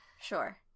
Sure